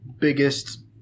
biggest